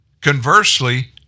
Conversely